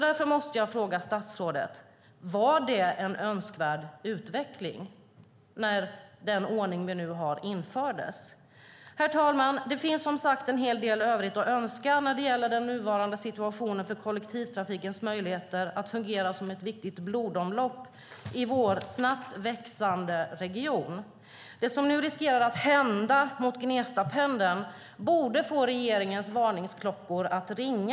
Därför måste jag fråga statsrådet: Var det en önskvärd utveckling när den ordning vi nu har infördes? Herr talman! Det finns som sagt en hel del övrigt att önska när det gäller den nuvarande situationen för kollektivtrafikens möjligheter att fungera som ett viktigt blodomlopp i vår snabbt växande region. Det som riskerar att hända med Gnestapendeln borde få regeringens varningsklockor att ringa.